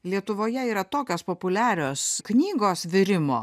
lietuvoje yra tokios populiarios knygos virimo